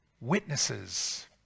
witnesses